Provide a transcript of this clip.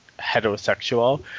heterosexual